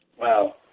Wow